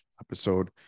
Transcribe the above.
episode